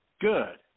good